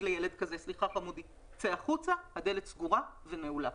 לילד כזה לצאת החוצה הדלת סגורה ונעולה.